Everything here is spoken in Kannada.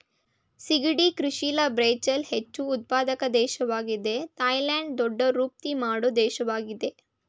ಸಿಗಡಿ ಕೃಷಿಲಿ ಬ್ರಝಿಲ್ ಹೆಚ್ಚು ಉತ್ಪಾದಕ ದೇಶ್ವಾಗಿದೆ ಥೈಲ್ಯಾಂಡ್ ದೊಡ್ಡ ರಫ್ತು ಮಾಡೋ ದೇಶವಾಗಯ್ತೆ